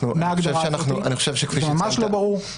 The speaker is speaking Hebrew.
זה ממש לא ברור.